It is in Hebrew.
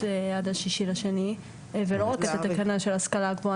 עד ה-6.2 ולא רק את התקנה של ההשכלה הגבוהה.